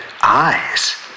eyes